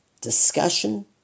discussion